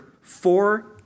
four